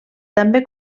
també